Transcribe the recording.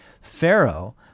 Pharaoh